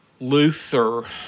Luther